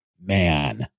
man